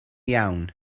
iawn